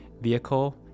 vehicle